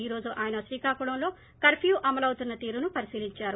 ఈ రోజు ఆయన శ్రీకాకుళంలో కర్ప్యూ అమలవుతున్న తీరును పరిశీలించారు